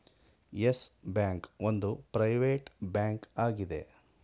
Yes Bank ಒಂದು private bank ಆಗಿದೆ